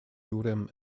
urim